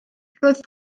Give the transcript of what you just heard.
roedd